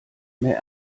mehr